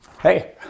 Hey